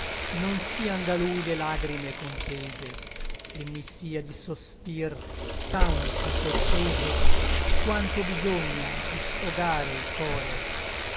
non sian da lui le lagrime contese et mi sia di sospir tanto cortese quanto bisogna a disfogare il core